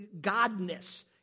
godness